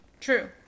True